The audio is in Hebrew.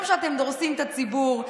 גם כשאתם דורסים את הציבור,